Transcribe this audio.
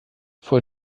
fuhr